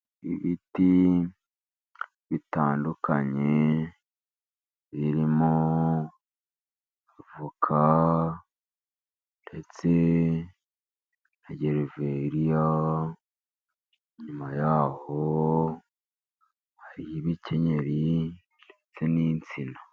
Ibiti bitandukanye, birimo avoka, ndetse na gereveriya, inyuma yaho hariho ibikenyeri, ndetse n'insina.